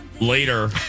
Later